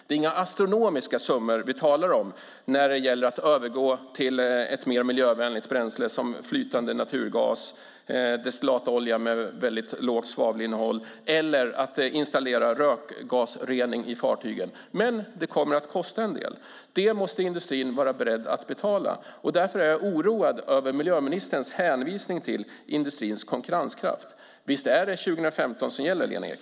Det är inga astronomiska summor vi talar om när det gäller övergången till ett mer miljövänligt bränsle, såsom flytande naturgas och destillatolja med mycket lågt svavelinnehåll, eller installering av rökgasrening i fartygen, men det kommer att kosta en del. Det måste industrin vara beredd att betala. Därför är jag oroad över miljöministerns hänvisning till industrins konkurrenskraft. Visst är det 2015 som gäller, Lena Ek?